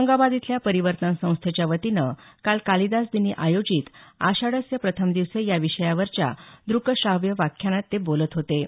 औरंगाबाद इथल्या परिवर्तन संस्थेच्या वतीनं काल कालिदास दिनी आयोजित आषाढस्य प्रथमदिवसे या विषयावरच्या द्रक श्राव्य व्याख्यानात ते बोलत होते